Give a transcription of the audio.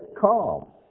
calm